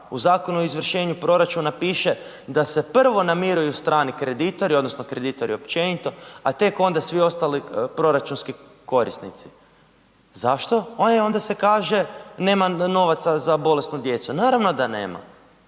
U Zakonu o izvršenju proračuna piše da se prvo namiruju strani kreditori, odnosno kreditori općenito a tek onda svi ostali proračunski korisnici. Zašto? E onda se kaže nema novaca za bolesnu djecu. Naravno da nema,